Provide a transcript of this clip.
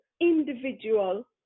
individual